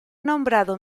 nombrado